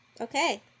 Okay